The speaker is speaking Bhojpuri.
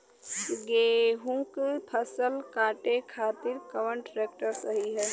गेहूँक फसल कांटे खातिर कौन ट्रैक्टर सही ह?